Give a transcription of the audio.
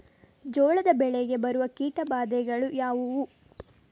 ಜೋಳದ ಬೆಳೆಗೆ ಬರುವ ಕೀಟಬಾಧೆಗಳು ಯಾವುವು?